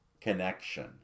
connection